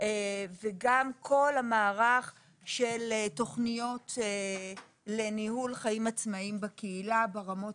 וגם כל המערך של תוכניות לניהול חיים עצמאיים בקהילה ברמות